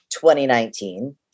2019